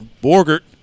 Borgert